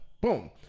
boom